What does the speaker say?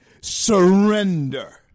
surrender